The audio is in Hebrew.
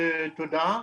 תודה.